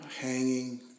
hanging